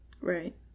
Right